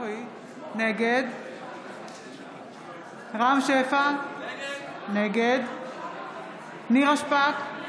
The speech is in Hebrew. נגד רם שפע, נגד נירה שפק,